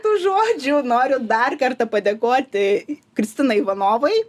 tų žodžių noriu dar kartą padėkoti kristinai ivanovai